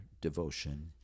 devotion